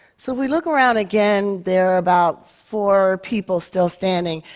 so if we look around again, there are about four people still standing.